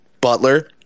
Butler